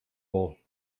war